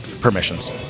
permissions